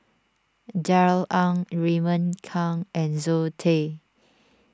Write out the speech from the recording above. Darrell Ang Raymond Kang and Zoe Tay